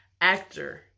actor